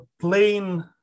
plain